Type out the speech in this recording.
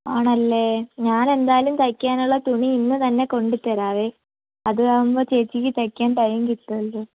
ആണല്ലേ ഞാൻ എന്താലും തയ്ക്കാനുള്ള തുണി ഇന്ന് തന്നെ കൊണ്ടുത്തരാം അതാകുമ്പോൽ ചേച്ചിക്ക് തൈക്കാൻ ടൈം കിട്ടുമല്ലോ